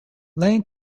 iain